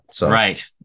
Right